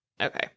okay